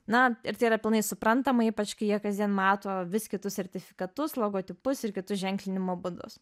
na ir tai yra pilnai suprantama ypač kai jie kasdien mato vis kitus sertifikatus logotipus ir kitus ženklinimo būdus